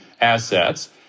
assets